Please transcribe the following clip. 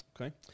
Okay